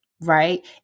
right